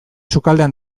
sukaldean